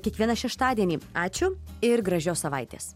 kiekvieną šeštadienį ačiū ir gražios savaitės